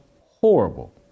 horrible